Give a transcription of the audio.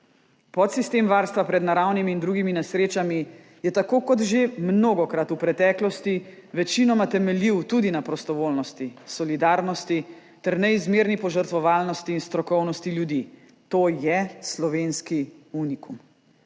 Podsistem varstva pred naravnimi in drugimi nesrečami je, tako kot že mnogokrat v preteklosti, večinoma temeljil tudi na prostovoljnosti, solidarnosti ter neizmerni požrtvovalnosti in strokovnosti ljudi. To je slovenski unikum.